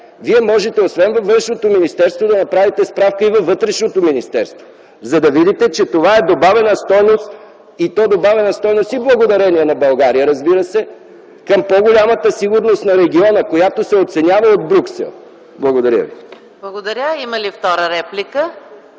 от тях, освен във Външното министерство можете да направите справка и във Вътрешното министерство, за да видите, че това е добавена стойност, добавена стойност и благодарение на България, разбира се, към по-голямата сигурност на региона, което се оценява от Брюксел. Благодаря. ПРЕДСЕДАТЕЛ ЕКАТЕРИНА МИХАЙЛОВА: Благодаря. Има ли втора реплика?